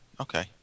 Okay